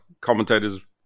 commentators